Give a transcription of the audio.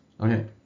Okay